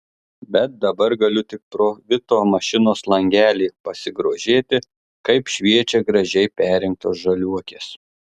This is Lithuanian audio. bet dabar galiu tik pro vito mašinos langelį pasigrožėti kaip šviečia gražiai perrinktos žaliuokės